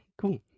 cool